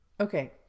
Okay